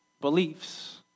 beliefs